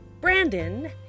Brandon